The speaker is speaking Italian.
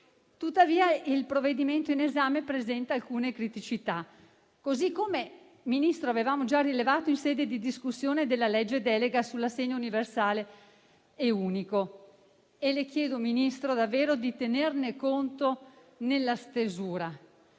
Tuttavia, il provvedimento in esame presenta alcune criticità, così come avevamo già rilevato, Ministro, in sede di discussione della legge delega sull'assegno universale e unico e le chiediamo davvero di tenerne conto nella stesura: